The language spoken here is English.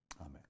amen